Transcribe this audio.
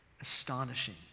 Astonishing